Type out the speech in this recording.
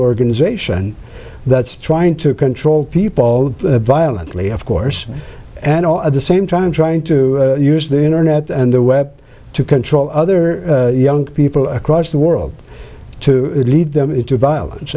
organization that's trying to control people violently of course and all at the same time trying to use the internet and the web to control other young people across the world to lead them into violence